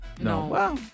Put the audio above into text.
No